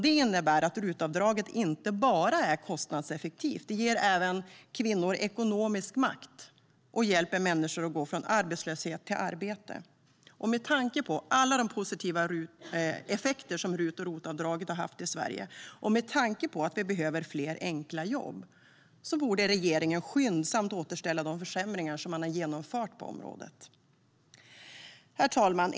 Det innebär att RUT-avdraget inte bara är kostnadseffektivt; det ger även kvinnor ekonomisk makt och hjälper människor att gå från arbetslöshet till arbete. Med tanke på alla de positiva effekter som RUT och ROT-avdragen haft i Sverige och med tanke på att vi behöver fler enkla jobb borde regeringen skyndsamt återställa de försämringar man har genomfört på området.